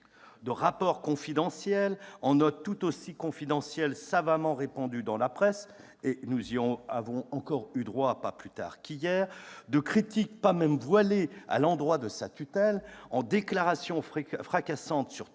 De rapports confidentiels en notes tout aussi confidentielles savamment répandues dans la presse- nous y avons encore eu droit pas plus tard qu'hier -, de critiques pas même voilées à l'endroit de sa tutelle en déclarations fracassantes sur telles coupes